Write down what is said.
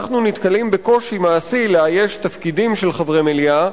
אנחנו נתקלים בקושי מעשי לאייש תפקידים של חברי מליאה.